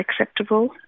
acceptable